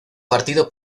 partido